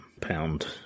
pound